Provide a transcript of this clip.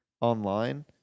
online